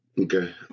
okay